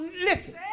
Listen